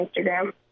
Instagram